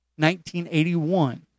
1981